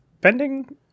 bending